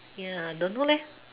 ya don't know leh